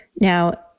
Now